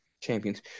champions